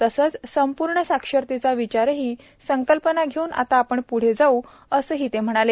तसंच संपूर्ण साक्षरतेचा विचार ही संकल्पना घेऊन आता आपण प्ढे जाऊ असं ही ते म्हणाले